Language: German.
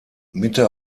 mitte